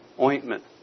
ointment